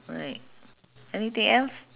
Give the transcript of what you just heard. right anything else